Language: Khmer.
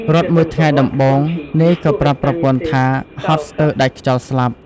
រត់មួយថ្ងៃដំបូង នាយក៏ប្រាប់ប្រពន្ធថាហត់ស្ទើរដាច់ខ្យល់ស្លាប់។